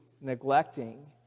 neglecting